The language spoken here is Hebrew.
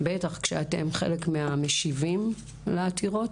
בטח כשאתם חלק מהמשיבים לעתירות,